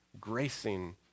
gracing